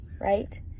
right